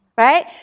right